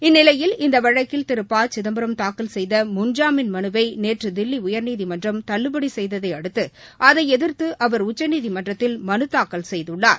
இந்நிலையில் இந்த வழக்கில் திரு ப சிதம்பரம் தாக்கல் செய்த முன்ஜாமீன் மனுவை நேற்று தில்லி உயர்நீதிமன்றம் தள்ளுபடி செய்ததை அடுத்து அதை எதிர்த்து அவர் உச்சநீதிமன்றத்தில் மனுதாக்கல் செய்துள்ளார்